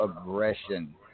Aggression